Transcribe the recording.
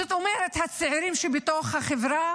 זאת אומרת, הצעירים שבחברה,